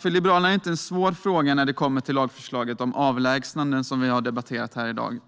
För Liberalerna är lagförslaget om avlägsnande, som vi debatterar i dag, inte någon svår fråga.